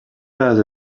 pas